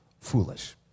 foolish